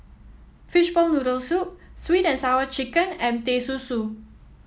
Fishball Noodle Soup sweet and Sour Chicken and Teh Susu